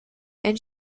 and